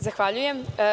Zahvaljujem.